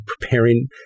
preparing